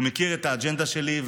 הוא מכיר את האג'נדה שלי.